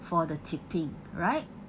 for the tipping right